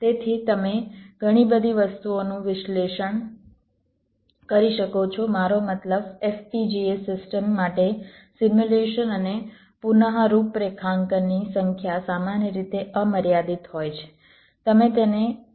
તેથી તમે ઘણી બધી વસ્તુઓનું વિશ્લેષણ કરી શકો છો મારો મતલબ FPGA સિસ્ટમ માટે સિમ્યુલેશન અને પુનઃરૂપરેખાંકનની સંખ્યા સામાન્ય રીતે અમર્યાદિત હોય છે તમે તેને ઘણી વખત કરી શકો છો